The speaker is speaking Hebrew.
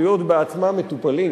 להיות בעצמם מטופלים,